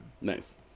Nice